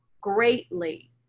greatly